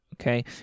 okay